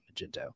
Magento